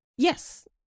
Yes